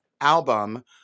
album